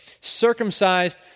Circumcised